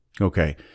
Okay